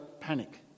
panic